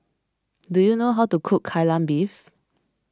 do you know how to cook Kai Lan Beef